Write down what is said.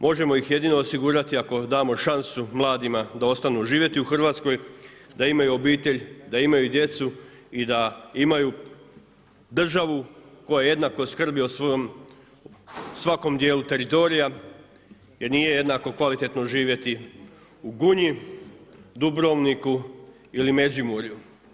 Možemo ih jedino osigurati ako damo šansu mladima da ostanu živjeti u Hrvatskoj, da imaju obitelj, da imaju djecu i da imaju državu koja jednako skrbi o svakom djelu teritorija jer nije jednako kvalitetno živjeti u Gunji, Dubrovniku ili Međimurju.